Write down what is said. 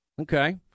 Okay